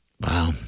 Wow